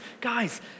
guys